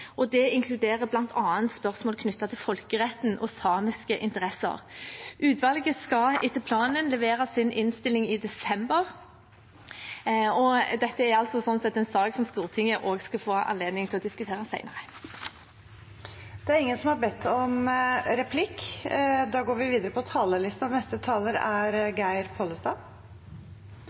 og det inkluderer blant annet spørsmål knyttet til folkeretten og samiske interesser. Utvalget skal etter planen levere sin innstilling i desember, og dette er sånn sett en sak som Stortinget også skal få anledning til å diskutere senere. De talere som heretter får ordet, har også en taletid på inntil 3 minutter. Eg tek ordet berre for å koma litt tilbake til det som er